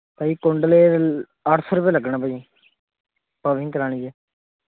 ਭਾ ਜੀ ਕੁੰਡਲੇ ਅੱਠ ਸੌ ਰੁਪਇਆ ਲੱਗਣਾ ਭਾਜੀ ਕਰਾਉਣੀ ਜੇ